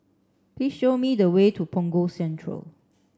please show me the way to Punggol Central